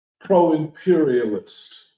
pro-imperialist